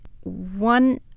one